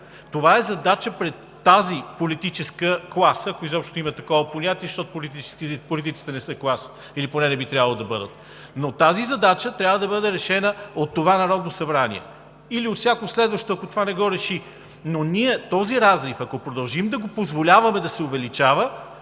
Това е задачата пред тази политическа класа, ако изобщо има такова понятие, защото политиците не са класа или поне не би трябвало да бъдат, но тази задача трябва да бъде решена от това Народно събрание или от всяко следващо, ако това не го реши. Но този разрив, ако продължим да позволяваме да се увеличава,